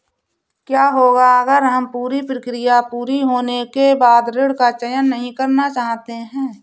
क्या होगा अगर हम पूरी प्रक्रिया पूरी होने के बाद ऋण का चयन नहीं करना चाहते हैं?